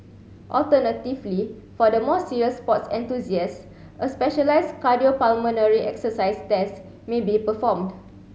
alternatively for the more serious sports enthusiasts a specialised cardiopulmonary exercise test may be performed